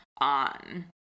on